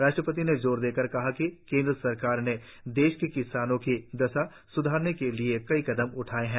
राष्ट्रपति ने जोर देकर कहा कि केंद्र सरकार ने देश के किसानों की दशा स्धारने के लिए कई कदम उठाए हैं